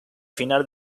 final